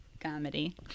comedy